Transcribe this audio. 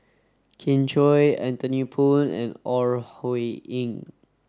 Kin Chui Anthony Poon and Ore Huiying